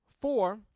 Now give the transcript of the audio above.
four